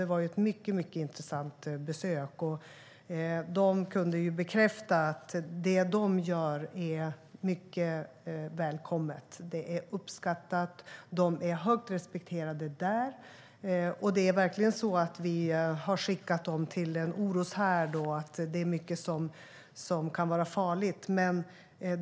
Det var ett mycket intressant besök, och de kunde bekräfta att det som de gör är mycket välkommet. Det är uppskattat, och de är högt respekterade där. Vi har verkligen skickat dem till en oroshärd. Där finns mycket som kan vara farligt.